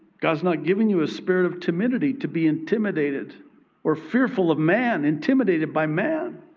god's not given you a spirit of timidity to be intimidated or fearful of man, intimidated by man.